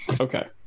okay